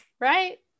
Right